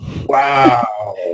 wow